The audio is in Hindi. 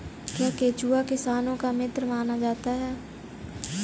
क्या केंचुआ किसानों का मित्र माना जाता है?